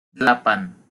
delapan